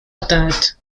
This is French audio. atteinte